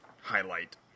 highlight